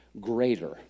Greater